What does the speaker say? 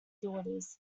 daughters